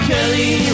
Kelly